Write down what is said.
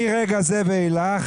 מרגע זה ואילך